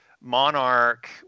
Monarch